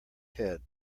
head